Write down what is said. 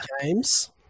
James